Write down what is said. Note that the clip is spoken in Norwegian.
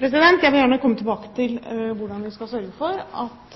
Jeg vil gjerne komme tilbake til hvordan vi skal sørge for at